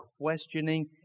questioning